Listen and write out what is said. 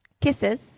kisses